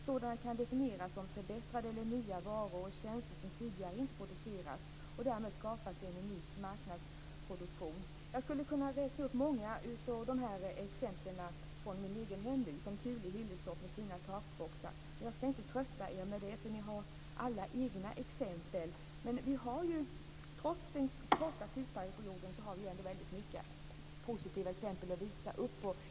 Sådan kan definieras som förbättrade eller nya varor och tjänster som tidigare inte producerats. Därmed skapas en unik marknadsproduktion. Jag skulle kunna räkna upp många exempel från min egen hembygd, t.ex. Thule i Hillerstorp med sina takboxar. Men jag ska inte trötta er med det, för ni har alla egna exempel. Trots den korta tidsperioden finns det alltså många positiva exempel att peka på.